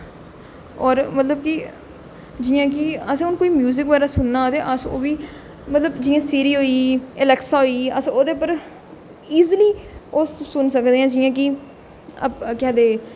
होर मतलब कि जियां कि असें हून कोई म्यूजिक बगैरा सुनना होए तां अस ओह् बी मतलब जियां सिरि होई गेई ऐलैक्सा होई गेई ते अस ओह्दे उप्पर इजली ओह् सुने सकदे जियां कि अप केह् आखदे